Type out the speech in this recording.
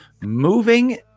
moving